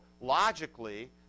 logically